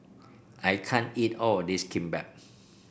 I can't eat all of this Kimbap